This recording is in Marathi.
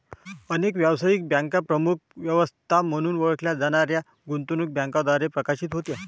अनेक व्यावसायिक बँका प्रमुख व्यवस्था म्हणून ओळखल्या जाणाऱ्या गुंतवणूक बँकांद्वारे प्रशासित होत्या